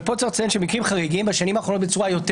אבל פה צריך לציין שבמקרים חריגים בשנים האחרונות בצורה יותר